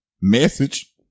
Message